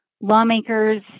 lawmakers